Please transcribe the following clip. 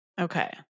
Okay